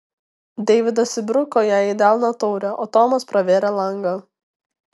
deividas įbruko jai į delną taurę o tomas pravėrė langą